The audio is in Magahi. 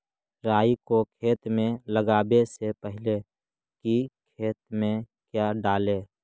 राई को खेत मे लगाबे से पहले कि खेत मे क्या डाले?